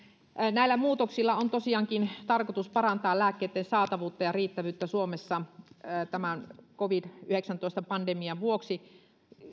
näillä muutoksilla on tosiaankin tarkoitus parantaa lääkkeitten saatavuutta ja riittävyyttä suomessa tämän covid yhdeksäntoista pandemian vuoksi